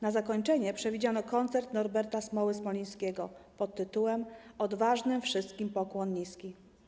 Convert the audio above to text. Na zakończenie przewidziano koncert Norberta „Smoły” Smolińskiego pt. „Odważnym wszystkim pokłon niski.